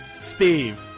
Steve